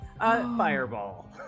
Fireball